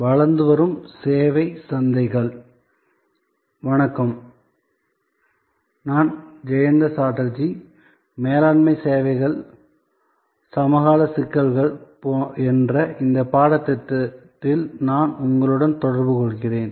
வணக்கம் நான் ஜெயந்த சாட்டர்ஜி மேலாண்மை சேவைகள் சமகால சிக்கல்கள் என்ற இந்த பாடத்திட்டத்தில் நான் உங்களுடன் தொடர்பு கொள்கிறேன்